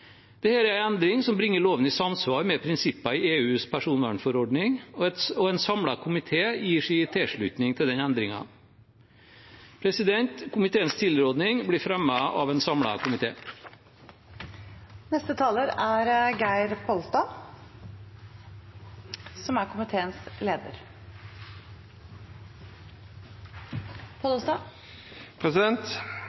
er en endring som bringer loven i samsvar med prinsipper i EUs personvernforordning, og en samlet komité gir sin tilslutning til endringen. Komiteens tilrådning blir fremmet av en samlet komité. Eg tek opp forslaget frå Arbeidarpartiet, Senterpartiet og SV, som